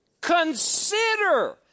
Consider